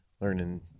learning